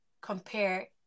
compare